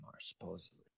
supposedly